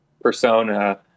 persona